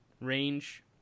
range